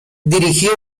dirigió